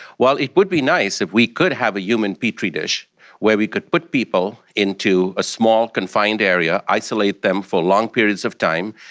well, it would be nice if we could have a human petri dish where we could put people into a small confined area, isolate them for long periods of time,